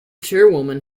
chairwoman